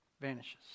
Vanishes